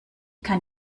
kann